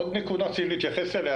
עוד נקודה שצריך להתייחס אליה,